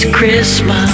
Christmas